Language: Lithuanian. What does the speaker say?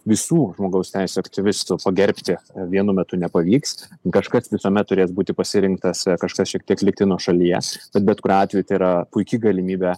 visų žmogaus teisių aktyvistų pagerbti vienu metu nepavyks kažkas visuomet turės būti pasirinktas kažkas šiek tiek likti nuošalyje tad bet kuriuo atveju tai yra puiki galimybė